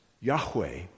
Yahweh